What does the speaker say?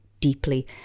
deeply